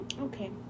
Okay